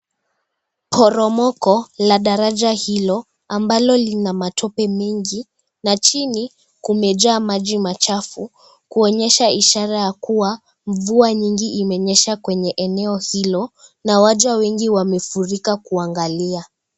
Poromoko la daraja hilo, ambalo lina matope mengi na chini kumejaa maji machafu. Kuonyesha ishara ya kuwa, mvua nyingi imenyesha kwenye eneo hilo na waja wengi wamefurika kuangalia.